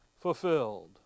fulfilled